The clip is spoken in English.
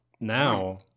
Now